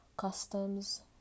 Customs